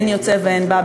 אין יוצא ואין בא,